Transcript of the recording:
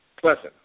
pleasant